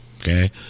Okay